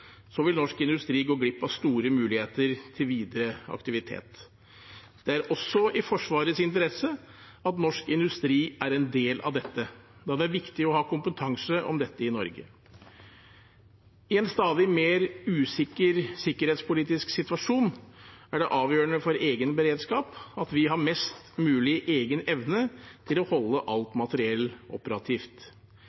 vil norsk industri gå glipp av store muligheter til videre aktivitet. Det er også i Forsvarets interesse at norsk industri er en del av dette, da det er viktig å ha kompetanse om dette i Norge. I en stadig mer usikker sikkerhetspolitisk situasjon er det avgjørende for egen beredskap at vi har mest mulig egen evne til å holde alt